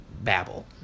babble